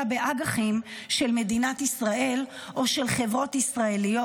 באג"חים של מדינת ישראל או של חברות ישראליות,